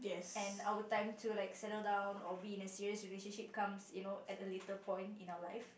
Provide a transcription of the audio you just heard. and our time to like settle down or be in a serious relationship comes you know at a later point in our life